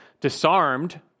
disarmed